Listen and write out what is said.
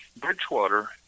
Bridgewater